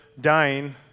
dying